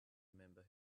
remember